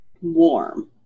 warm